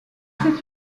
c’est